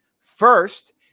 First